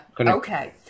Okay